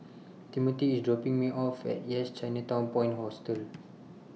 Timothy IS dropping Me off At Yes Chinatown Point Hostel